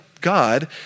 God